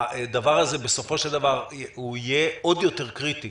הדבר הזה, בסופו של דבר, יהיה עוד יותר קריטי